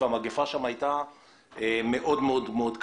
ואני מזכיר שמדובר היה במגפה מאוד קשה.